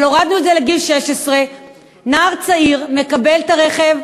אבל הורדנו את זה לגיל 16. נער צעיר מקבל את הרכב,